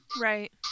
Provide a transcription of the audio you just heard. right